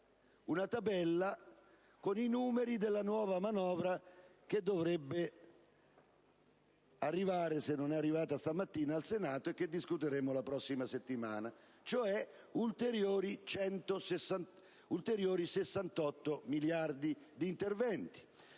una tabella con i numeri della nuova manovra che dovrebbe arrivare (se non è arrivata stamattina) al Senato, e che discuteremo la prossima settimana, cioè ulteriori 68 miliardi di interventi.